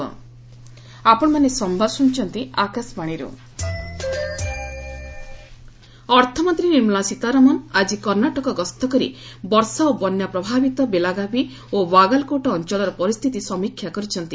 କର୍ଣ୍ଣାଟକ ରେନ୍ ଅର୍ଥମନ୍ତ୍ରୀ ନିର୍ମଳା ସୀତାରମଣ ଆଜି କର୍ଣ୍ଣାଟକ ଗସ୍ତ କରି ବର୍ଷା ଓ ବନ୍ୟା ପ୍ରଭାବିତ ବେଲାଗାଭି ଓ ବାଗାଲ୍କୋଟ୍ ଅଞ୍ଚଳର ପରିସ୍ଥିତି ସମୀକ୍ଷା କରିଛନ୍ତି